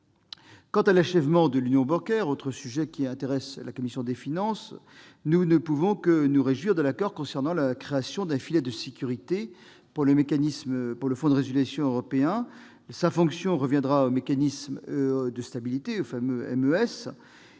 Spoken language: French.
Quant à l'achèvement de l'union bancaire- autre sujet qui intéresse la commission des finances -, nous ne pouvons que nous réjouir de l'accord concernant la création d'un filet de sécurité pour le Fonds de résolution unique, dont la fonction reviendra au Mécanisme européen de stabilité, le fameux MES.